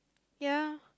ya